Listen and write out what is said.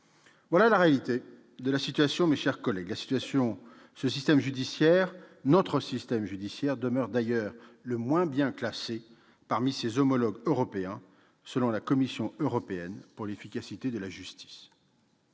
Voilà la réalité de la situation, mes chers collègues ! Le système judiciaire français demeure d'ailleurs le moins bien classé parmi ses homologues européens, selon la Commission européenne pour l'efficacité de la justice.